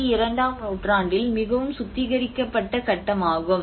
B இரண்டாம் நூற்றாண்டில் மிகவும் சுத்திகரிக்கப்பட்ட கட்டமாகும்